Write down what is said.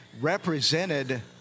represented